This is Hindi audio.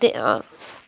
दे